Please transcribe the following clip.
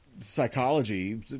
psychology